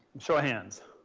show of hands.